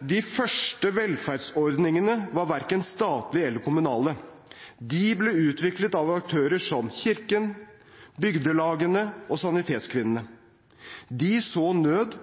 De første velferdsordningene var verken statlige eller kommunale. De ble utviklet av aktører som kirken, bygdelagene og Sanitetskvinnene. De så nød